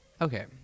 Okay